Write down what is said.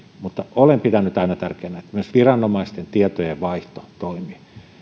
mutta olen pitänyt aina tärkeänä että myös viranomaisten tietojenvaihto toimii